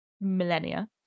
millennia